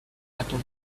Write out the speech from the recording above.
apple